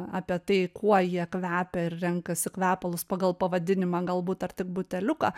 apie tai kuo jie kvepia ir renkasi kvepalus pagal pavadinimą galbūt ar tik buteliuką